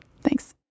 Thanks